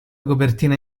copertine